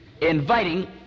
inviting